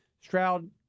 Stroud